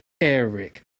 Eric